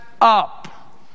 up